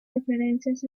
referencias